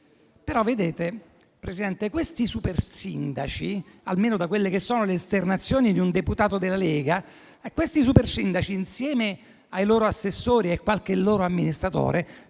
premierato. Presidente, questi super sindaci, però, almeno considerando le esternazioni di un deputato della Lega, insieme ai loro assessori e a qualche loro amministratore,